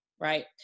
right